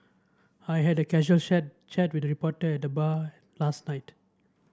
I had a casual chat chat with a reporter at the bar last night